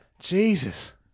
Jesus